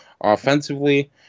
offensively